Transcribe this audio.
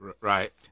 Right